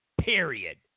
period